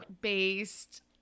based